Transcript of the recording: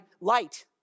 light